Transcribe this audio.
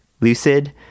lucid